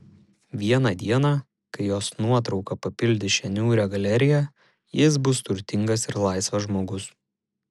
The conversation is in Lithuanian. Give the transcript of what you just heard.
vieną dieną kai jos nuotrauka papildys šią niūrią galeriją jis bus turtingas ir laisvas žmogus